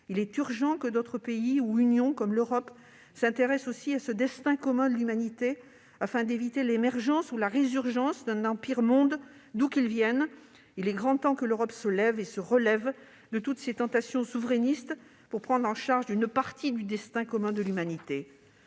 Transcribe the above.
Il est urgent que d'autres pays, ou unions comme l'Europe s'intéressent aussi à ce destin commun de l'humanité afin d'éviter l'émergence ou la résurgence d'un Empire monde, d'où qu'il vienne. Il est grand temps que l'Europe se lève et se relève de toutes ses tentations souverainistes pour prendre en charge une partie du destin commun de l'humanité.